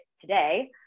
today